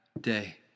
day